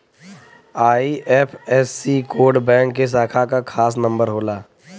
IFSC code bank के शाखा क खास नंबर होला